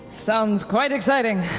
sounds quite exciting.